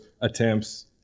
attempts